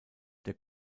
der